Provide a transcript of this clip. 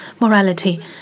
morality